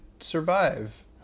survive